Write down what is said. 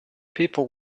people